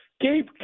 Gabe